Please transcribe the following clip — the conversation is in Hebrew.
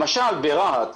למשל ברהט,